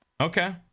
okay